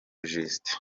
justin